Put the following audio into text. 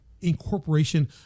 incorporation